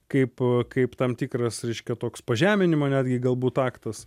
kaip kaip tam tikras reiškia toks pažeminimo netgi galbūt aktas